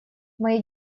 мои